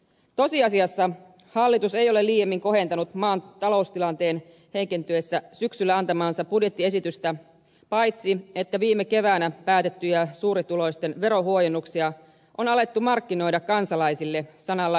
tosiasiassa hallitus ei ole liiemmin kohentanut maan taloustilanteen heikentyessä syksyllä antamaansa budjettiesitystä paitsi että viime keväänä päätettyjä suurituloisten verohuojennuksia on alettu markkinoida kansalaisille sanalla elvytys